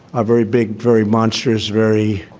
a very big very monsters very.